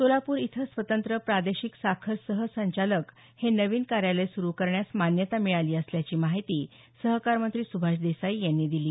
सोलापूर इथं स्वतंत्र प्रादेशिक साखर सह संचालक हे नवीन कार्यालय सुरु करण्यास मान्यता मिळाली असल्याची माहिती सहकार मंत्री सुभाष देसाई यांनी दिली